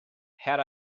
had